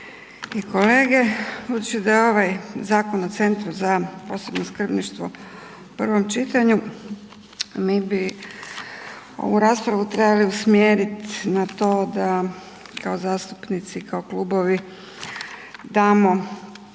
kolege. Budući da je ovaj Zakon o Centru za posebno skrbništvo u prvom čitanju mi bi ovu raspravu trebali usmjeriti na to da kao zastupnici kao klubovi damo